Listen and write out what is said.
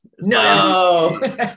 No